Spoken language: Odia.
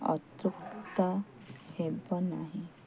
ଅତ୍ୟୁକ୍ତି ହେବ ନାହିଁ